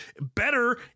better